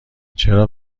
چرا